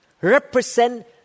represent